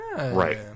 Right